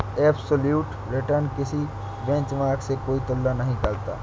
absolute return किसी benchmark से कोई तुलना नहीं करता